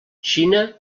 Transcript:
xina